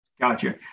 Gotcha